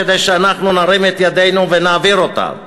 כדי שאנחנו נרים את ידינו ונעביר אותה.